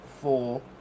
Four